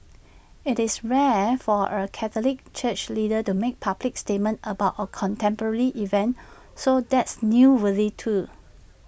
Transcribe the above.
IT is rare for A Catholic church leader to make public statements about A contemporary event so that's newsworthy too